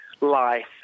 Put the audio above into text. life